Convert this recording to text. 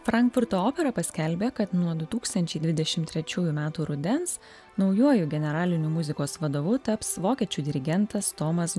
frankfurto opera paskelbė kad nuo du tūkstančiai dvidešim trečiųjų metų rudens naujuoju generaliniu muzikos vadovu taps vokiečių dirigentas tomas